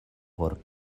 por